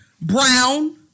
Brown